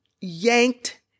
yanked